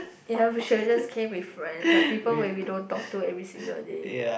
it have should we just came with friends that people where we don't talk to every single a day